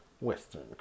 Western